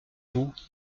vous